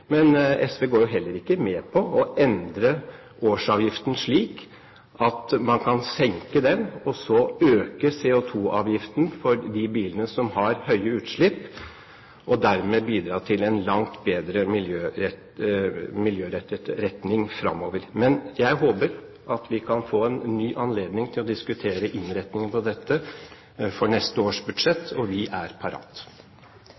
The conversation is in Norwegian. men SV går jo heller ikke med på å endre årsavgiften, slik at man kan senke den og så øke CO2-avgiften for de bilene som har høye utslipp, og dermed bidra til en langt mer miljørettet retning framover. Men jeg håper at vi kan få en ny anledning til å diskutere innretningen på dette for neste års budsjett,